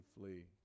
flee